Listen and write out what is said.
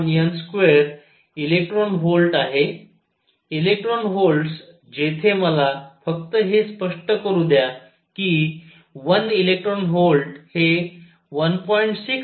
6n2 eV आहे electron volts जेथे मला फक्त हे स्पष्ट करू द्या कि 1 इलेक्ट्रॉन व्होल्ट हे 1